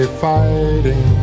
fighting